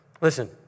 listen